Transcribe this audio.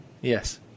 Yes